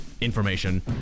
information